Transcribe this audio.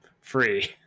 free